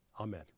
Amen